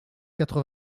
quatre